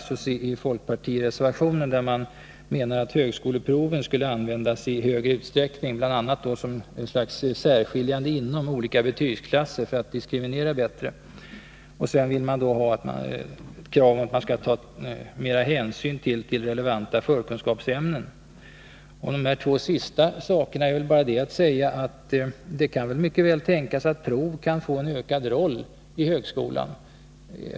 Men i folkpartireservationen finns det en passus om att högskoleproven skulle användas i större utsträckning, bl.a. i syfte att särskilja inom olika betygsklasser för att diskriminera bättre. Vidare kräver man att större hänsyn skall tas till relevanta förkunskapsämnen. Om de två senare sakerna är väl bara att säga att det mycket väl kan tänkas att prov kan spela en ökad roll i högskolan.